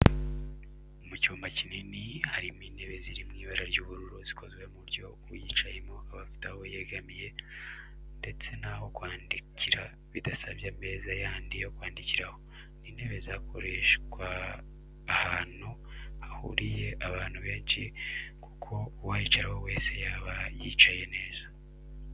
Mu cyumba kinini harimo intebe ziri mu ibara ry'ubururu zikozwe ku buryo uyicayeho aba afite aho yegamira ndetse n'aho kwandikira bidasabye ameza yandi yo kwandikiraho, Ni intebe zakoreshwa ahantu hahuriye abantu benshi kuko uwayicaraho wese yaba yicaye neza.